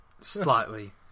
slightly